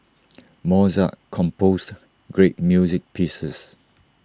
Mozart composed great music pieces